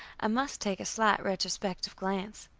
i must take a slight retrospective glance.